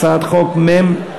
הצעת חוק מ/611.